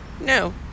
No